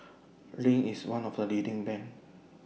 Rene IS one of The leading brands